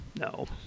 no